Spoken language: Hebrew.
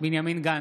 בנימין גנץ,